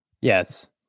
Yes